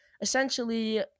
essentially